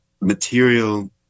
material